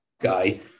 guy